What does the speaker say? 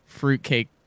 fruitcake